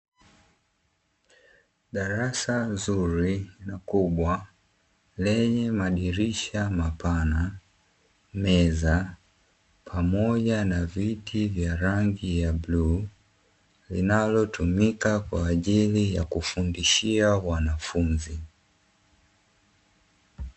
Darasa zuri na kubwa lenye madirisha mapana, meza pamoja na viti vya rangi ya bluu, linalotumika kwa ajili ya kufundishia wanafunzi.